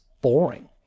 boring